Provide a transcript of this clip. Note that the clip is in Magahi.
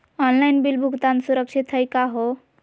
ऑनलाइन बिल भुगतान सुरक्षित हई का हो?